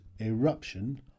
eruption